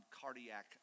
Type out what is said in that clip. cardiac